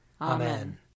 Amen